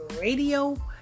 Radio